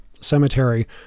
cemetery